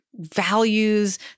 values